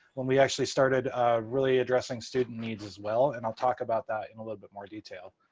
when we actually started really addressing student needs as well. and i'll talk about that in a little bit more detail.